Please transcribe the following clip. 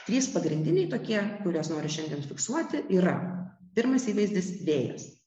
trys pagrindiniai tokie kuriuos noriu šiandien fiksuoti yra pirmas įvaizdis vėjas